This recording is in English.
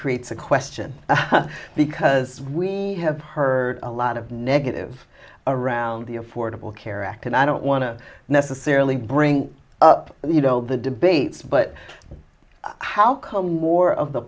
creates a question because we have heard a lot of negative around the affordable care act and i don't want to necessarily bring up the you know the debates but how come more of the